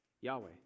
Yahweh